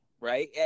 right